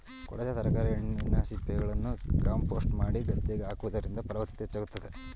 ಕೊಳೆತ ತರಕಾರಿ, ಹಣ್ಣಿನ ಸಿಪ್ಪೆಗಳನ್ನು ಕಾಂಪೋಸ್ಟ್ ಮಾಡಿ ಗದ್ದೆಗೆ ಹಾಕುವುದರಿಂದ ಫಲವತ್ತತೆ ಹೆಚ್ಚಾಗುತ್ತದೆ